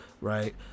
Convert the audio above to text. right